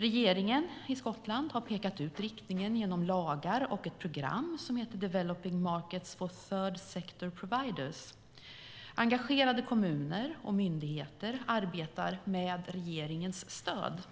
Regeringen i Skottland har pekat ut riktningen genom lagar och ett program som heter Developing Markets for Third Sector Providers. Engagerade kommuner och myndigheter arbetar med regeringens stöd.